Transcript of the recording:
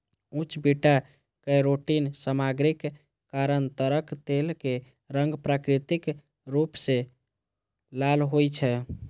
उच्च beta carotene सामग्रीक कारण ताड़क तेल के रंग प्राकृतिक रूप सं लाल होइ छै